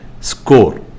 score